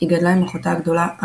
היא גדלה עם אחותה הגדולה,